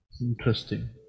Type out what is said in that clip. Interesting